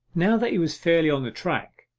now that he was fairly on the track,